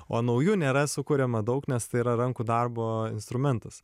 o naujų nėra sukuriama daug nes tai yra rankų darbo instrumentas